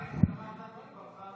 למה תמר זנדברג ברחה?